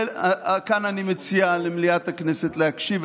כאן אני מציע למליאת הכנסת להקשיב,